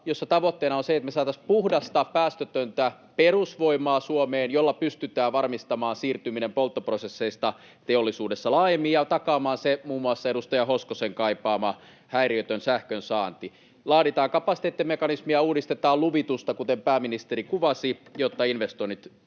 jossa tavoitteena on se, että me saataisiin Suomeen puhdasta, päästötöntä perusvoimaa, jolla pystytään varmistamaan siirtyminen polttoprosesseista teollisuudessa laajemmin ja takaamaan se muun muassa edustaja Hoskosen kaipaama häiriötön sähkönsaanti. Laaditaan kapasiteettimekanismia, uudistetaan luvitusta, kuten pääministeri kuvasi, jotta investoinnit tulevat.